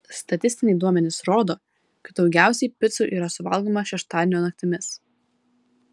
statistiniai duomenys rodo kad daugiausiai picų yra suvalgomą šeštadienio naktimis